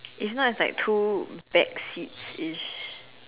if not it's like two back seats ish